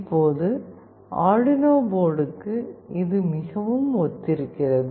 இப்போது அர்டுயினோ போர்டுக்கு இது மிகவும் ஒத்திருக்கிறது